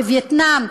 בווייטנאם,